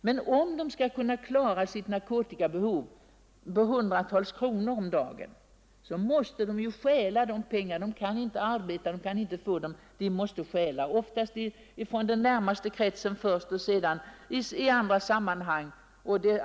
Men om de skall kunna klara sitt narkotikabehov som kostar hundratals kronor om dagen måste de stjäla pengarna, oftast först från den närmaste kretsen och sedan i andra sammanhang.